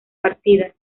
partida